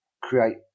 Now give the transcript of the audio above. create